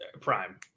Prime